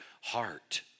heart